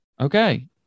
Okay